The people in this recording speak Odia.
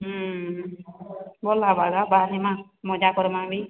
ହୁଁ ଭଲହେବା ବାହାରିମା ମଜା କର୍ମା ବି